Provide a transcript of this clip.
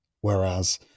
Whereas